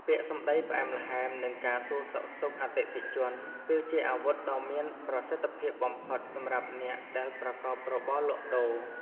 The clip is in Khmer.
ពាក្យសម្តីផ្អែមល្ហែមនិងការសួរសុខទុក្ខអតិថិជន គឺជាអាវុធដ៏មានប្រសិទ្ធភាពបំផុតសម្រាប់អ្នកដែលប្រកបរបរលក់ដូរ។